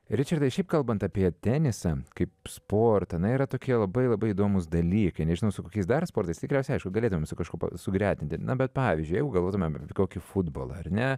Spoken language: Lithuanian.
ričardai šiaip kalbant apie tenisą kaip sportą na yra tokie labai labai įdomūs dalykai nežinau su kokiais dar sportas tikriausiai galėtume su kažkuo sugretinti na bet pavyzdžiui jeigu galvotumėm kokį futbolą ar ne